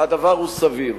הדבר הוא סביר.